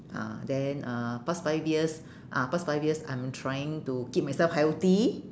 ah then uh past five years ah past five years I'm trying to keep myself healthy